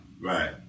Right